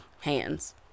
hands